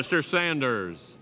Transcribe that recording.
mr sanders